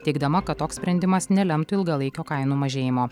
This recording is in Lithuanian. teigdama kad toks sprendimas nelemtų ilgalaikio kainų mažėjimo